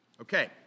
okay